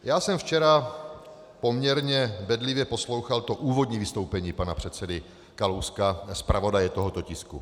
Já jsem včera poměrně bedlivě poslouchal to úvodní vystoupení pana předsedy Kalouska, zpravodaje tohoto tisku.